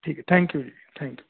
ਠੀਕ ਹੈ thank you ji thank you